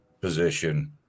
position